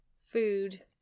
food